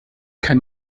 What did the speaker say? kein